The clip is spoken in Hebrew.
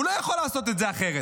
הוא לא יכול לעשות את זה אחרת,